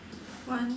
one